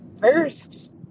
first